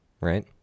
right